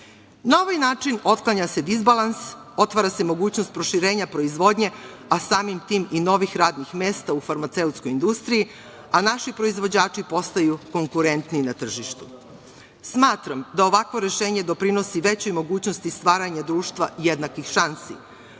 Na ovaj način otklanja se dizbalans, otvara se mogućnost proširenja proizvodnje, a samim tim i novih radnih mesta u farmaceutskoj industriji, a naši proizvođači postaju konkurentniji na tržištu. Smatram da ovakvo rešenje doprinosi većoj mogućnosti stvaranja društva jednakih šansi,